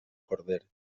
corder